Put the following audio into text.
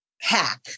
hack